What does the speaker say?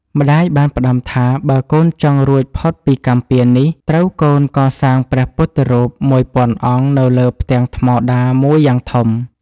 ម្ដាយបានផ្ដាំថា បើកូនចង់រួចផុតពីកម្មពៀរនេះ ត្រូវកូនកសាងព្រះពុទ្ធរូបមួយពាន់អង្គនៅលើផ្ទាំងថ្មដាមួយយ៉ាងធំ ។